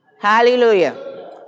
Hallelujah